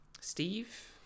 steve